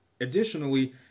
Additionally